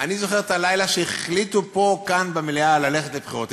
אני זוכר את הלילה שבו החליטו פה במליאה ללכת לבחירות,